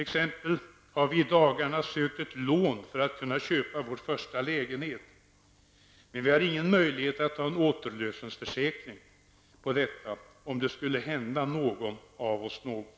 T. ex. -- vi har i dagarna sökt ett lån för att kunna köpa vår första lägenhet, men vi har inga möjligheter att ta en återlösensförsäkring på detta om det skulle hända någon av oss något.